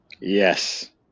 Yes